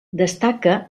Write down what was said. destaca